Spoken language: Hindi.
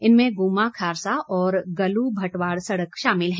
इनमें गुम्मा खारसा और गलू भटवाड़ सड़क शामिल है